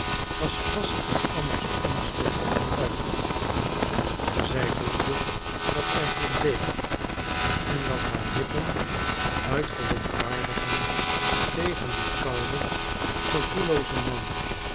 was vast van anna's onschuld overtuigd zij voelde dat zij verbleekte en dat haar lippen uit verontwaardiging tegen dien kouden gevoelloozen man